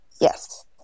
Yes